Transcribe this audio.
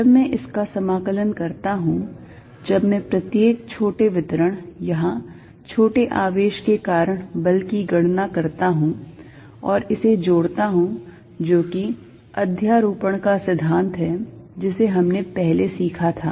जब मैं इसका समाकलन करता हूं जब मैं प्रत्येक छोटे वितरण यहां छोटे आवेश के कारण बल की गणना करता हूं और इसे जोड़ता हूं जो कि अध्यारोपण का सिद्धांत है जिसे हमने पहले सीखा था